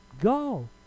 Go